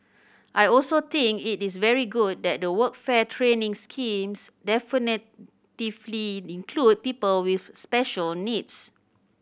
I also think it is very good that the workfare training schemes definitively include people with special needs